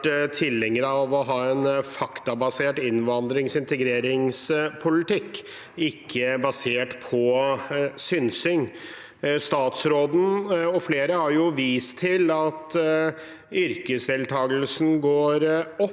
tilhenger av å ha en faktabasert innvandrings- og integreringspolitikk – at den ikke er basert på synsing. Statsråden og flere har vist til at yrkesdeltakelsen går opp